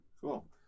cool